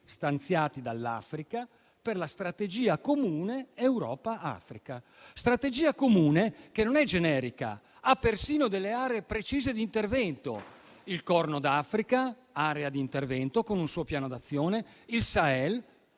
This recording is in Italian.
stanziati dall'Africa per la strategia comune Europa-Africa. È una strategia comune che non è generica, ma ha persino delle aree precise di intervento: il Corno d'Africa, area di intervento con un suo piano d'azione; il Sahel,